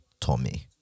Tommy